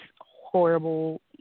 horrible